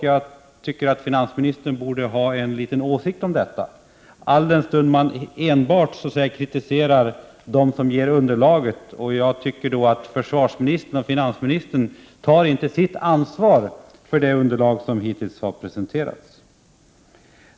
Jag tycker att finansministern borde ha en åsikt om detta, alldenstund man enbart kritiserar dem som ger underlaget. Jag tycker att försvarsministern och finansministern inte tar sitt ansvar för det underlag som hittills har presenterats.